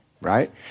right